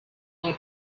were